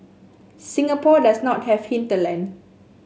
Singapore does not have hinterland